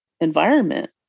environment